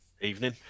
Evening